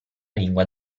lingua